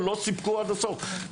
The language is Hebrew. לא סיפקו עד הסוף.